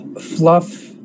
fluff